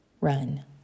run